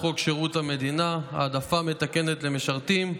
חוק שירות המדינה (העדפה מתקנת למשרתים).